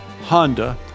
Honda